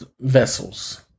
vessels